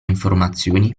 informazioni